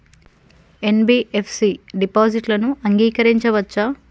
NBFC డిపాజిట్లను అంగీకరించవచ్చా?